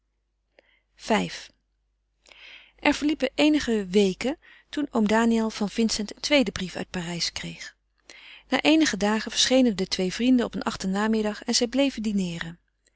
v er verliepen eenige weken toen oom daniël van vincent een tweeden brief uit parijs kreeg na eenige dagen verschenen de twee vrienden op een achtermiddag en zij bleven dineeren